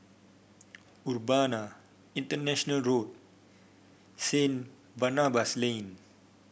Urbana International Road Saint Barnabas Lane